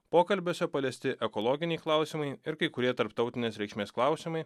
pokalbiuose paliesti ekologiniai klausimai ir kai kurie tarptautinės reikšmės klausimai